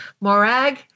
Morag